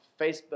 Facebook